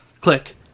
click